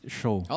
show